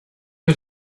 was